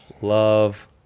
Love